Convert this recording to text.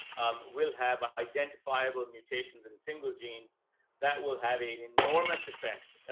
um, will have identifiable mutations in single genes that will have an enormous effect,